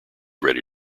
ready